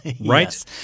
Right